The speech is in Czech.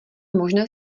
možné